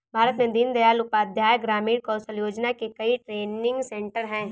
भारत में दीन दयाल उपाध्याय ग्रामीण कौशल योजना के कई ट्रेनिंग सेन्टर है